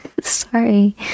Sorry